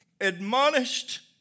admonished